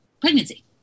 pregnancy